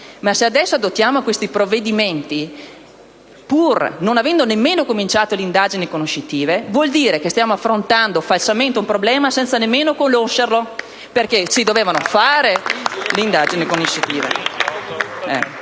ma se adesso adottiamo questi provvedimenti pur non avendole nemmeno iniziate, significa che stiamo affrontando falsamente un problema senza nemmeno conoscerlo, perché si dovevano fare le indagini conoscitive!